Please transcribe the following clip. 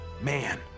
man